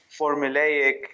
formulaic